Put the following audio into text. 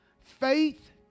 Faith